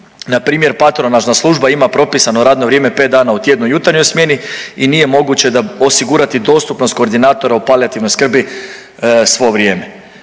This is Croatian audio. npr. patronažna služba ima propisano radno vrijeme 5 dana u tjednu u jutarnjoj smjeni i nije moguće da osigurati dostupnost koordinatora u palijativnoj skrbi svo vrijeme.